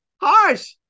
harsh